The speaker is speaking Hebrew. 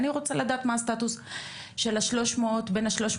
אני רוצה לדעת מה הסטטוס של בין ה-300